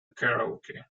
karaoke